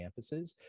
campuses